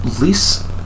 least